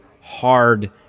hard